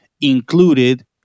included